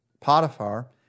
Potiphar